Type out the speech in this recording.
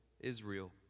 Israel